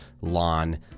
lawn